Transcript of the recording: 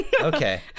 Okay